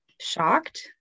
shocked